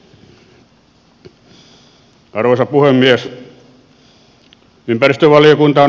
arvoisa puhemies